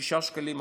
6 שקלים,